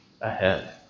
ahead